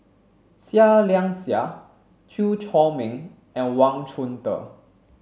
Seah Liang Seah Chew Chor Meng and Wang Chunde